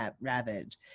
ravaged